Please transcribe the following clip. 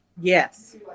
Yes